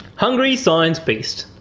hungry science beast.